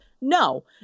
no